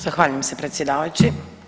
Zahvaljujem se predsjedavajući.